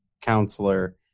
counselor